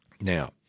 Now